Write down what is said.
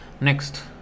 Next